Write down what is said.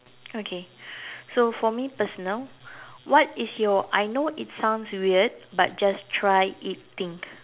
okay so for me personal what is your I know it sounds weird but just try it thing